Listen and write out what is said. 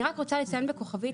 אני רוצה לציין בכוכבית,